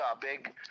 big